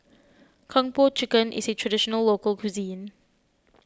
Kung Po Chicken is a Traditional Local Cuisine